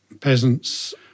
peasants